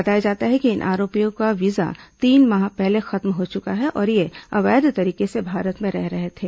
बताया जाता है कि इन आरोपियों का वीजा तीन माह पहले खत्म हो चुका है और ये अवैध तरीके से भारत में रह रहे थे